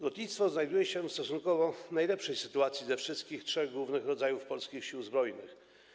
Lotnictwo znajduje się w stosunkowo najlepszej sytuacji ze wszystkich trzech głównych rodzajów polskich Sił Zbrojnych.